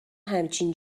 همچین